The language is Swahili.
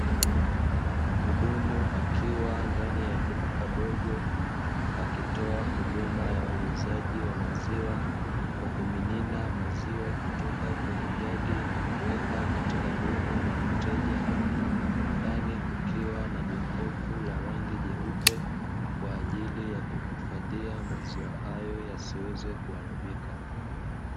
Mhudumu akiwa ndani ya duka dogo akitoa huduma ya uuzaji wa maziwa, kwa kumimina maziwa kutoka kwemye jagi na kuweka katika dumu la mteja ndani kukiwa na jokofu la rangi jeupe kwa ajili ya kuhifadhia maziwa hayo yasiweze kuharibika.